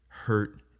hurt